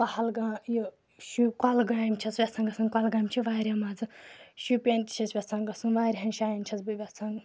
پہلگام یہِ شُہ کۄلگامہِ چھس یژھان گژھُن کۄلگامہِ چھِ واریاہ مَزٕ شُپیَن تہِ چھَس یژھان گژھُن وارہَن جایَن چھَس بہٕ یژھان